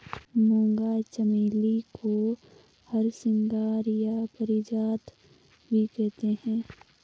मूंगा चमेली को हरसिंगार या पारिजात भी कहते हैं